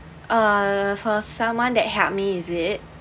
uh for someone that help me is it